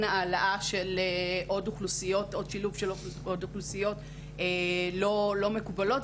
העלאה של שילוב של עוד אוכלוסיות לא מקובלים,